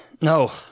no